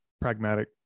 pragmatic